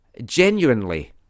Genuinely